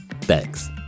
thanks